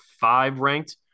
five-ranked